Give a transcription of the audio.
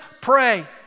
pray